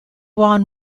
won